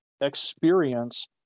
experience